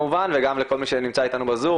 וגם לכל מי שנמצא איתנו בזום,